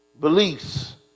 beliefs